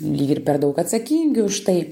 lyg ir per daug atsakingi už tai